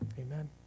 amen